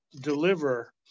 deliver